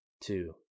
two